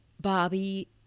Bobby